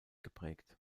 geprägt